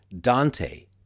Dante